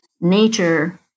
nature